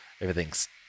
Everything's